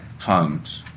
homes